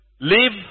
live